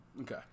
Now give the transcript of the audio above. Okay